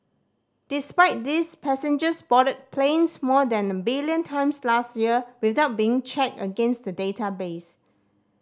despite this passengers boarded planes more than a billion times last year without being checked against the database